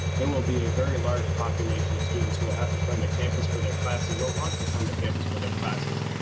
there will be a very large population of students who will have to come to campus for their classes or want to come to campus for their classes,